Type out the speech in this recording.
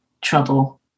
trouble